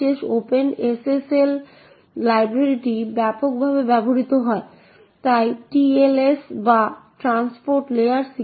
সুতরাং এটি gdb px user string হল ffffcf48 যা user string এর এড্রেস ঠিক আছে